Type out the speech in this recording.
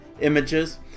images